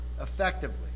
effectively